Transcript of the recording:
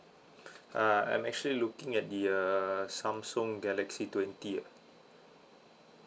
uh I'm actually looking at the uh samsung galaxy twenty ah